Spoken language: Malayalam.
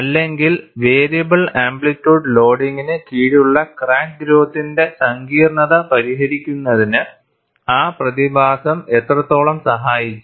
അല്ലെങ്കിൽ വേരിയബിൾ ആംപ്ലിറ്റ്യൂഡ് ലോഡിംഗിന് കീഴിലുള്ള ക്രാക്ക് ഗ്രോത്തിന്റെ സങ്കീർണ്ണത പരിഹരിക്കുന്നതിന് ആ പ്രതിഭാസം എത്രത്തോളം സഹായിച്ചു